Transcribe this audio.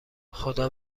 خدا